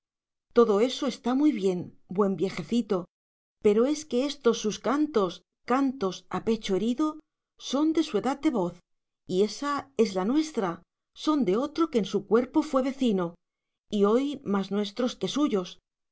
todo eso está muy bien buen viejecito pero es que estos sus cantos cantos á pecho herido son de su edad de voz y esa es la nuestra son de otro que en su cuerpo fué vecino y hoy más nuestros que suyos